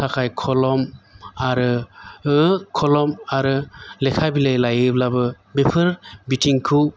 थाखाय खलम आरो खलम आरो लेखा बिलाइ लायोब्लाबो बेफोर बिथिंखौ